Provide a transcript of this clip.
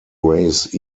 race